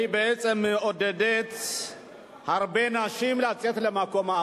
חוק מעונות-יום במקומות